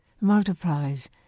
multiplies